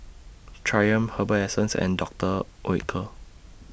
Triumph Herbal Essences and Doctor Oetker